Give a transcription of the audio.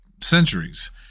centuries